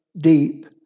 deep